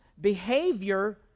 behavior